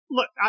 Look